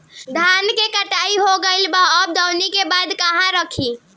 धान के कटाई हो गइल बा अब दवनि के बाद कहवा रखी?